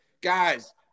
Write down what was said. Guys